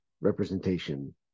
representation